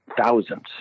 thousands